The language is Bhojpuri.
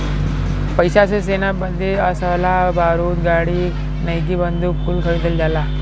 पइसा से सेना बदे असलहा बारूद गाड़ी नईकी बंदूक कुल खरीदल जाला